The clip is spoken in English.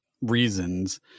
reasons